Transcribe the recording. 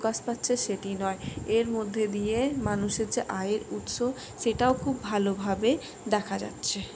প্রকাশ পাচ্ছে সেটি নয় এর মধ্যে দিয়ে মানুষের যে আয়ের উৎস সেটাও খুব ভালোভাবে দেখা যাচ্ছে